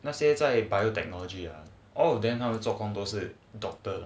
那些在 biotechnology hor all of them are of 做工都是 doctor